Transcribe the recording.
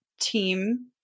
team